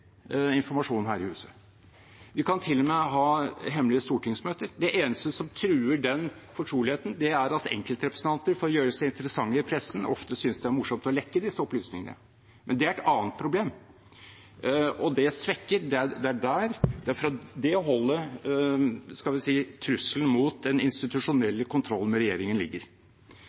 informasjon her i huset. Vi kan til og med ha hemmelige stortingsmøter. Det eneste som truer den fortroligheten, er at enkeltrepresentanter, for å gjøre seg interessante i pressen, ofte synes det er morsomt å lekke disse opplysningene. Men det er et annet problem, og det er fra det holdet – skal vi si – trusselen mot den institusjonelle kontrollen med regjeringen ligger.